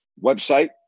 website